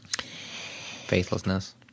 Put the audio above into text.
Faithlessness